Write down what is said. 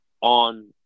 on